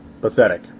Pathetic